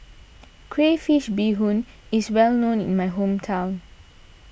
Crayfish BeeHoon is well known in my hometown